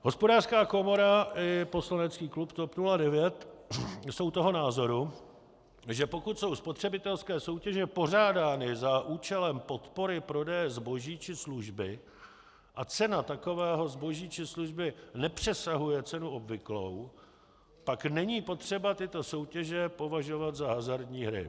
Hospodářská komora i poslanecký klub TOP 09 jsou toho názoru, že pokud jsou spotřebitelské soutěže pořádány za účelem podpory prodeje zboží či služby a cena takového zboží či služby nepřesahuje cenu obvyklou, pak není potřeba tyto soutěže považovat za hazardní hry.